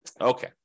okay